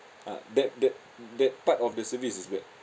ah that that that part of the service is bad